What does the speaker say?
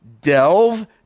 Delve